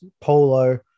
polo